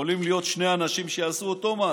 יכולים להיות שני אנשים שעשו אותו מעשה,